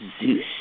Zeus